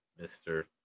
Mr